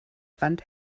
wand